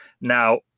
Now